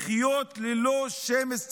לחיות ללא שמץ תקווה.